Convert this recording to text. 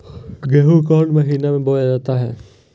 गेहूँ कौन महीना में बोया जा हाय?